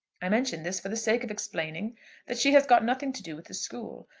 i mention this for the sake of explaining that she has got nothing to do with the school.